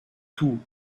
tout